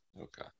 Okay